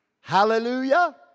Hallelujah